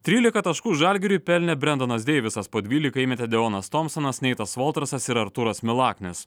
trylika taškų žalgiriui pelnė brendonas deivisas po dvylika įmetė deonas tomsonas neitas voltersas ir artūras milaknis